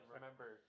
remember